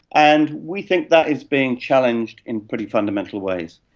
and we think that is being challenged in pretty fundamental ways.